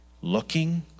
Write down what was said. looking